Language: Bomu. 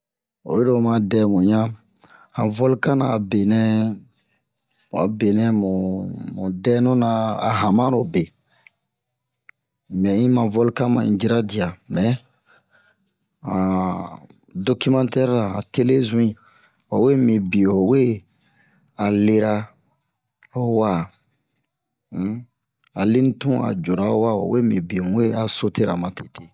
oyiro oma dɛmu ɲan han volkan na a benɛ mu a benɛ mu denɛ ɲan a hanmalo be in ɓɛ in ma volkan a in cira diya mɛ han dokimatɛrira han tele zun'in o we mi biyo o we a lera ho wa um a leni tun a jora wo waa wa wee mi biye mu we a sotera matete